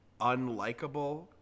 unlikable